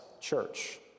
church